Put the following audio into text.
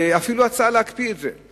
ואפילו הצעה להקפיא את זה,